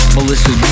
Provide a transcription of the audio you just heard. Melissa